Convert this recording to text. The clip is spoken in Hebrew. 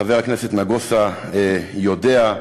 חבר הכנסת נגוסה יודע,